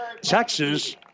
Texas